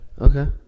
okay